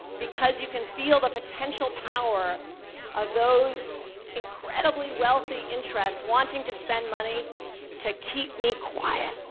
because you can feel the potential power of those incredibly wealthy interests wanting to spend money to keep me quiet.